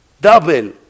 double